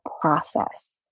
process